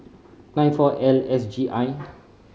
nine four L S G I